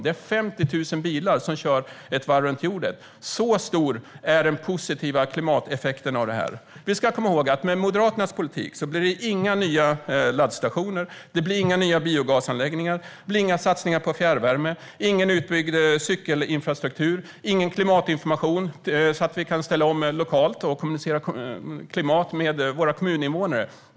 Det är 50 000 bilar som kör ett varv runt jorden; så stor är den positiva klimateffekten av detta. Vi ska komma ihåg att med Moderaternas politik blir det inga nya laddstationer, inga nya biogasanläggningar, inga satsningar på fjärrvärme, ingen utbyggd cykelinfrastruktur, ingen klimatinformation så att vi kan ställa om lokalt och kommunicera om klimatet med våra kommuninvånare.